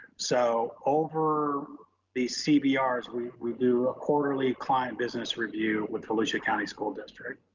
so over the cbrs, we we do a quarterly client business review with volusia county school district.